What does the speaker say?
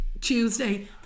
Tuesday